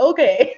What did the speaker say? Okay